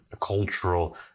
cultural